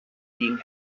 king